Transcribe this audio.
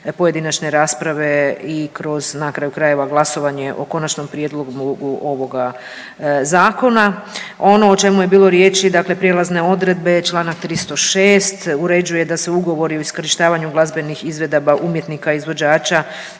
pojedinačne rasprave i kroz na kraju krajeva glasovanje o Konačnom prijedlogu ovoga Zakona. Ono o čemu je bilo riječi dakle prijelazne odredbe članak 306. uređuje da se ugovori o iskorištavanju glazbenih izvedaba umjetnika izvođača